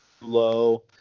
low